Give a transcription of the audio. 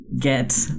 get